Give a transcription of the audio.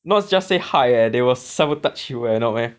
not just say hide leh they will sabotage you leh no meh